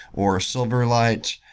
or silverlight,